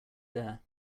there